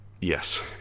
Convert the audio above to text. Yes